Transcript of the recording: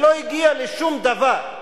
ולא הגיעה לשום דבר,